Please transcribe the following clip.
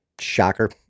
shocker